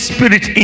Spirit